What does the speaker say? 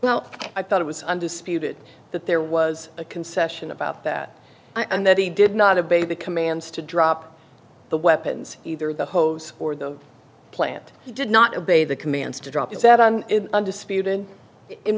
now i thought it was under speed it that there was a concession about that and that he did not a baby commands to drop the weapons either the host or the plant he did not obey the commands to drop is that on undisputed in